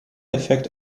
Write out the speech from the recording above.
effect